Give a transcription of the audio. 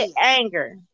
anger